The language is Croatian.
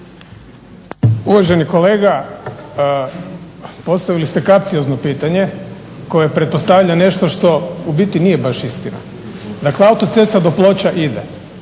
Uvaženi kolega postavili ste pitanje koje pretpostavlja nešto što u biti nije baš istina. Dakle, autocesta do Ploča ide,